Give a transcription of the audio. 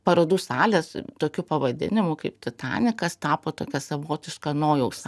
parodų salės tokiu pavadinimu kaip titanikas tapo tokia savotiška nojaus